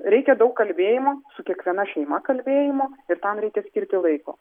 reikia daug kalbėjimo su kiekviena šeima kalbėjimo ir tam reikia skirti laiko